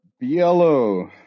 Yellow